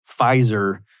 Pfizer